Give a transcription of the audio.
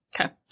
Okay